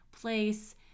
place